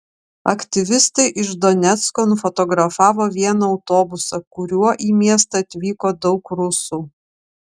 aktyvistai iš donecko nufotografavo vieną autobusą kuriuo į miestą atvyko daug rusų